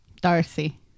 Darcy